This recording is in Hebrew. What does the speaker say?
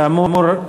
כאמור,